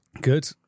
Good